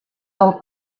del